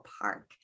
park